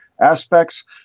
aspects